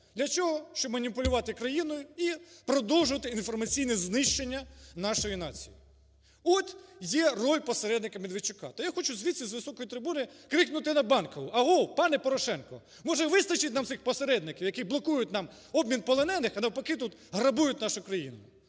Для чого? Щоб маніпулювати країною і продовжувати інформаційне знищення нашої нації. От є роль посередника Медведчука. Та я хочу звідси з високої трибуни крикнути на Банкову. Агов, пане Порошенко! Може вистачить нам цих посередників, які блокують нам обмін полонених, а навпаки тут грабують нашу країну.